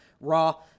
Raw